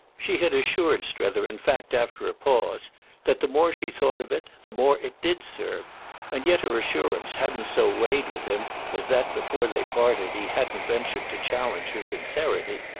she had assured strether in fact after a pause that the more she thought of it the more it did serve and yet her assurance hadn't so weighed with him as that before they parted he hadn't ventured to challenge her sincerity.